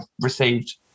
received